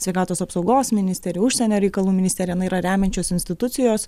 sveikatos apsaugos ministerija užsienio reikalų ministerija na yra remiančios institucijos